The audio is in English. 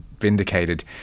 vindicated